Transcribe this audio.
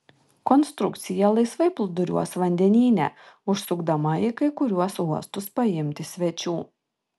konstrukcija laisvai plūduriuos vandenyne užsukdama į kai kuriuos uostus paimti svečių